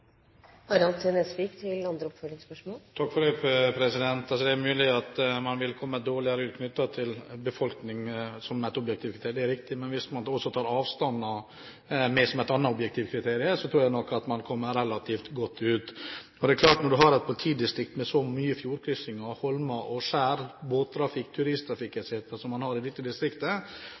Det er mulig at man vil komme dårligere ut hvis man har befolkning som et objektivt kriterium – det er riktig – men hvis man også tar avstander med som et annet objektivt kriterium, tror jeg man kommer relativt godt ut. Det er klart at når man har et politidistrikt med mange fjordkryssinger, holmer og skjær, båttrafikk, turisttrafikk etc., som man har i dette distriktet,